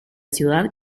ciudad